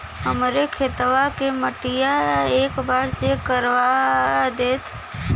हमरे खेतवा क मटीया एक बार चेक करवा देत?